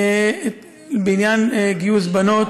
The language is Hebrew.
בעניין גיוס בנות,